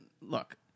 look